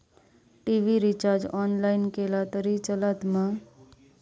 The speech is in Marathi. टी.वि रिचार्ज ऑनलाइन केला तरी चलात मा?